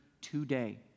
today